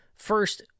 first